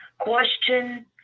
question